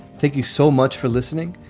thank you so much for listening.